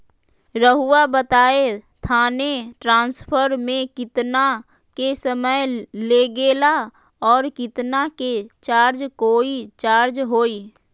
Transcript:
रहुआ बताएं थाने ट्रांसफर में कितना के समय लेगेला और कितना के चार्ज कोई चार्ज होई?